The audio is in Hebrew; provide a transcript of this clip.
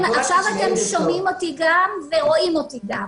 שומעים אותי וגם רואים אותי.